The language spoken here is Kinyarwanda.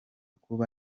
kuba